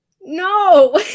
No